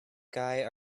guy